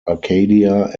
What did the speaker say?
arcadia